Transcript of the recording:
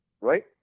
right